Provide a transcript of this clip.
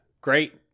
Great